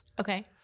Okay